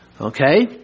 Okay